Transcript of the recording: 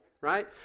right